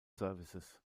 services